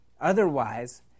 Otherwise